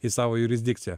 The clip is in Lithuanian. į savo jurisdikciją